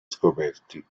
scoperti